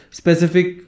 specific